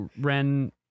Ren